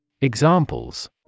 Examples